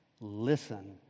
Listen